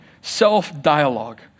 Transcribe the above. self-dialogue